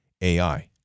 AI